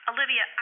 Olivia